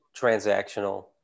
transactional